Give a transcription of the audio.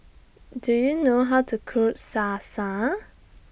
Do YOU know How to Cook Salsa